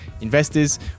investors